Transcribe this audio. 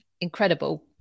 Incredible